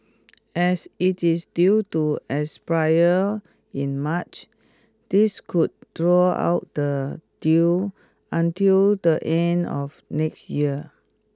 as it is due to expire in March this could draw out the deal until the end of next year